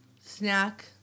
Snack